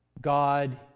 God